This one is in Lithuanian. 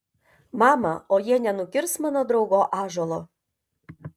mama o jie nenukirs mano draugo ąžuolo